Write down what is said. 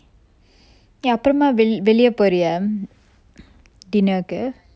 ya அப்புறமா வெள்~ வெளிய போறியா:appurama vel~ veliya poriya dinner கு:ku